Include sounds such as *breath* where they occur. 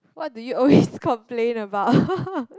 what do you always *breath* complain about